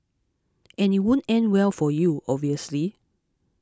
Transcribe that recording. and it won't end well for you obviously